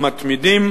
המתמידים.